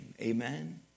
Amen